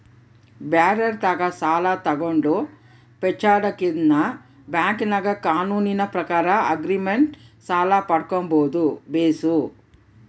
ಬ್ಯಾರೆರ್ ತಾಕ ಸಾಲ ತಗಂಡು ಪೇಚಾಡದಕಿನ್ನ ಬ್ಯಾಂಕಿನಾಗ ಕಾನೂನಿನ ಪ್ರಕಾರ ಆಗ್ರಿಮೆಂಟ್ ಸಾಲ ಪಡ್ಕಂಬದು ಬೇಸು